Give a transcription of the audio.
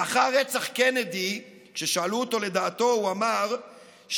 לאחר רצח קנדי, כששאלו אותו לדעתו, הוא אמר: